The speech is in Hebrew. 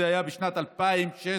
זה היה בשנת 2016,